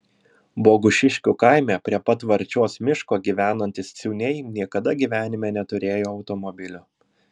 bogušiškių kaime prie pat varčios miško gyvenantys ciūniai niekada gyvenime neturėjo automobilio